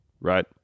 right